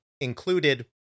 included